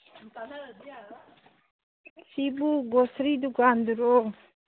ꯁꯤꯕꯨ ꯒꯣꯁꯔꯤ ꯗꯨꯀꯥꯟꯗꯨꯔꯣ